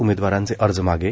उमेदवारांचे अर्ज मागे